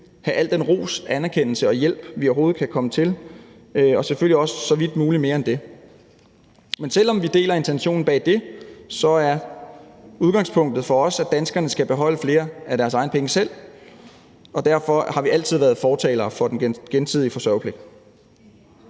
have al den ros, anerkendelse og hjælp, vi overhovedet kan give dem, og selvfølgelig også så vidt muligt mere end det. Men selv om vi deler intentionen bag det, er udgangspunktet for os, at danskerne skal beholde flere af deres egne penge selv, og derfor har vi altid været fortalere for den gensidige forsørgerpligt.